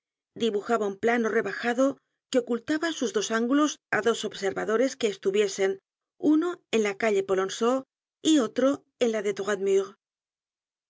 dibujaba un plano rebajado que ocultaba sus dos ángulos á dos observadores que estuviesen uno en la calle polonceau y otro en la de